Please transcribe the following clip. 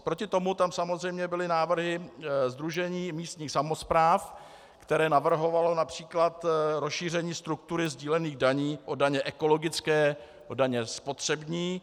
Proti tomu tam samozřejmě byly návrhy Sdružení místních samospráv, které navrhovalo například rozšíření struktury sdílených daní o daně ekologické, o daně spotřební.